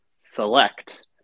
select